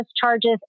charges